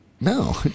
No